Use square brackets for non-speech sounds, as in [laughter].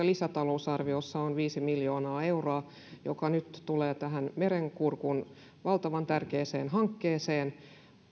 [unintelligible] lisätalousarviossa on viisi miljoonaa euroa joka nyt tulee tähän merenkurkun valtavan tärkeään hankkeeseen